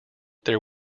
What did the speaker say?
there